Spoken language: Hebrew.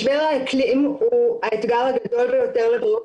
משבר האקלים הוא האתגר הגדול ביותר לבריאות